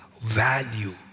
Value